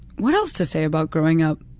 what else to say about growing up?